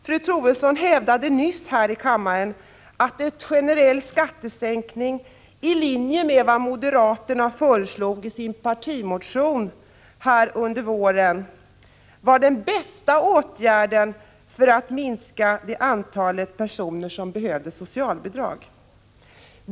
Fru Troedsson hävdade nyss här i kammaren att en generell skattesänkning i linje med vad moderaterna föreslog i sin partimotion i våras skulle vara den bästa åtgärden för att minska antalet personer som behövde socialbidrag.